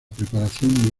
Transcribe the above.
preparación